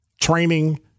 training